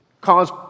cause